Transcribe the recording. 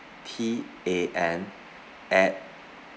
t a n at